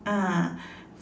ah